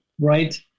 right